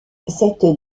cette